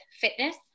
fitness